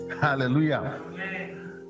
Hallelujah